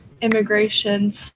immigration